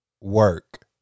work